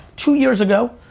two years ago,